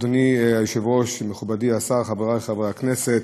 אדוני היושב-ראש, מכובדי השר, חברי חברי הכנסת,